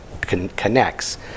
connects